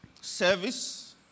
service